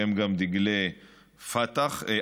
שהם גם דגלי אש"ף,